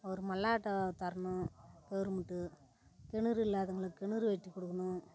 ஒரு மல்லாட்டை தரணும் கவுர்மெண்ட்டு கிணறு இல்லாதவர்களுக்கு கிணறு வெட்டிக் கொடுக்கணும்